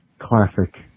classic